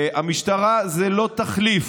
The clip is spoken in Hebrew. המשטרה זה לא תחליף.